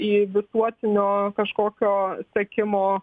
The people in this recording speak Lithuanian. į visuotinio kažkokio sekimo